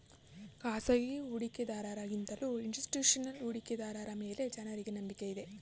ಖಾಸಗಿ ಹೂಡಿಕೆದಾರರ ಗಿಂತಲೂ ಇನ್ಸ್ತಿಟ್ಯೂಷನಲ್ ಹೂಡಿಕೆದಾರರ ಮೇಲೆ ಜನರಿಗೆ ನಂಬಿಕೆ ಇದೆ